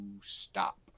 stop